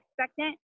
expectant